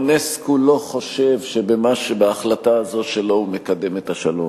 אונסק"ו לא חושב שבהחלטה הזאת שלו הוא מקדם את השלום,